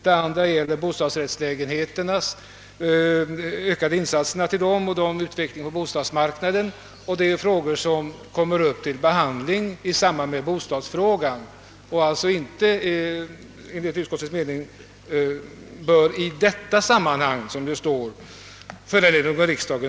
Det andra avsnittet gäller de ökade insatserna för bostadsrättslägenheter och utvecklingen på bostadsmarknaden, och det är en fråga som kommer upp till behandling i samband med bostadsfrågan. Det bör enligt utskottets mening alltså inte föranleda någon riksdagens åtgärd »i detta sammanhang», som det står.